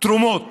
תרומות